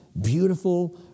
beautiful